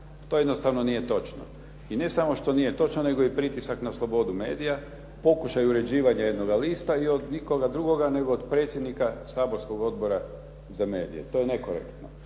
To jednostavno nije točno i ne samo što nije točno nego je i pritisak na slobodu medija, pokušaj uređivanja jednoga lista i od nikoga drugoga nego od predsjednika saborskog odbora za medije, to je nekorektno.